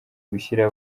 gushyira